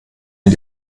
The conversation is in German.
mit